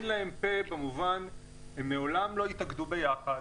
להם פה במובן זה שהם מעולם לא התאגדו ביחד,